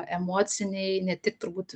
emocinei ne tik turbūt